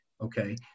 Okay